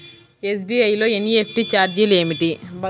SBI లో NEFT ఛార్జీలు ఏమిటి?